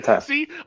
See